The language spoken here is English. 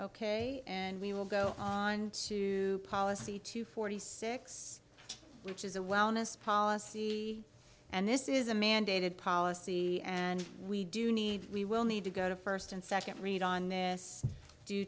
ok and we will go on to policy to forty six which is a wellness policy and this is a mandated policy and we do need we will need to go to first and second read on this due